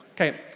Okay